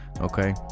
okay